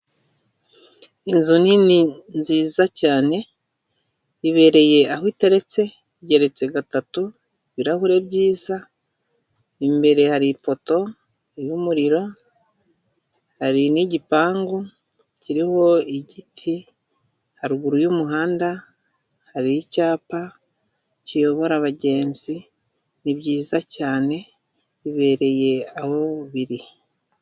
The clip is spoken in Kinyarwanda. Inzu nini nziza cyane, ibereye aho iteretse, igereretse gatatu, ibirahuri byiza, imbere hari ipoto y'umuriro, hari n'igipangu kiriho igiti, haruguru y'umuhanda hari icyapa kiyobora abagenzi, ni byiza cyane bibereye aho biri.